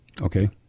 okay